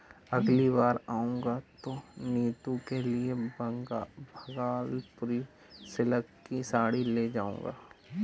अगली बार आऊंगा तो नीतू के लिए भागलपुरी सिल्क की साड़ी ले जाऊंगा